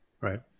Right